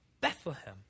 Bethlehem